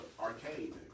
arcade